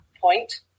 point